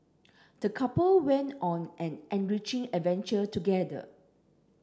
the couple went on an enriching adventure together